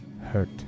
hurt